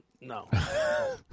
no